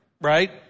Right